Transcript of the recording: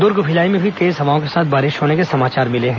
दर्ग भिलाई में भी तेज हवाओं के साथ बारिश होने का समाचार मिला है